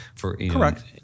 Correct